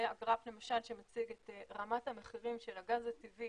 זה הגרף למשל שמציג את רמת המחירים של הגז הטבעי